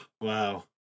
wow